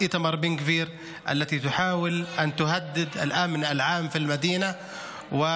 זו חבורת איתמר בן גביר אשר מנסה לאיים על הביטחון הכללי בעיר.